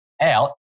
out